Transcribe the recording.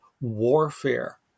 warfare